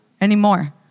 anymore